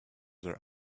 their